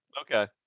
Okay